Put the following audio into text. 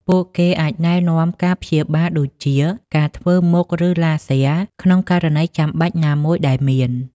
ពួកគេអាចណែនាំការព្យាបាលដូចជា ការធ្វើមុខ ឬឡាស៊ែរ ក្នុងករណីចាំបាច់ណាមួយដែលមាន ។